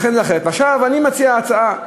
אני מציע הצעה,